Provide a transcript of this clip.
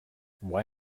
why